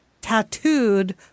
tattooed